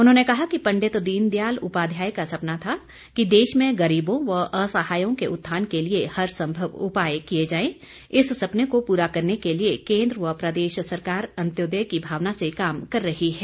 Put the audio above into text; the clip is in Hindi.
उन्होंने कहा कि पंडित दीन दयाल उपाध्याय का सपना था कि देश में गरीबों व असहायों के उत्थान के लिए हर संभव उपाय किए जाएं इस सपने को पूरा करने के लिए केन्द्र व प्रदेश सरकार अन्तोदय की भावना से काम कर रही है